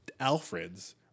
Alfreds